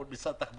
מול משרד התחבורה.